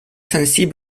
sensible